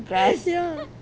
ya